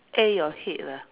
A your head lah